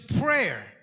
prayer